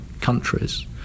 countries